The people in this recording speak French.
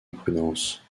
imprudence